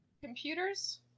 computers